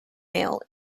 male